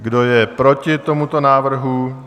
Kdo je proti tomuto návrhu?